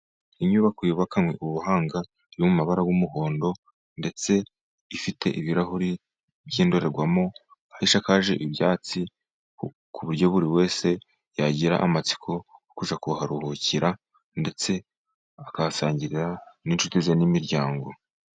Inyubako yubakanywe ubuhanga, yo mu mabara y'umuhondo, ndetse ifite ibirahuri by'indorerwamo, aho ishakaje ibyatsi, ku buryo buri wese yagira amatsiko yo kujya kuharuhukira ndetse akahasangirira n'inshuti ze n'imiryango.